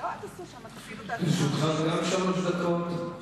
לרשותך שלוש דקות.